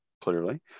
clearly